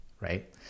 right